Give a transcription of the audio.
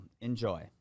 enjoy